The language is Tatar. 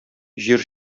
җир